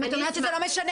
אם את אומרת שזה לא משנה,